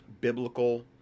biblical